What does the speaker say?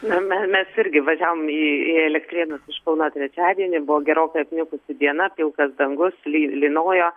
na mes irgi važiavom į elektrėnus iš kauno trečiadienį buvo gerokai apniukusi diena pilkas dangus ly lynojo